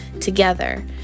together